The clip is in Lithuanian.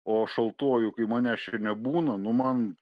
o šaltuoju kai manęs čia nebūna nu man